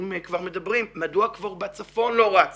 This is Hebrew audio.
אם כבר מדברים, מדוע כבר בצפון לא רץ